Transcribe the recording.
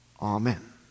amen